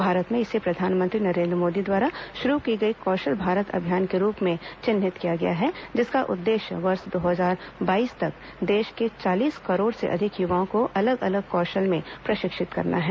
भारत में इसे प्रधानमंत्री नरेन्द्र मोदी द्वारा शुरू की गई कौशल भारत अभियान के रूप में चिन्हित किया गया है जिसका उद्देश्य वर्ष दो हजार बाईस तक देश में चालीस करोड़ से अधिक युवाओं को अलग अलग कौशल में प्रशिक्षित करना है